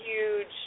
huge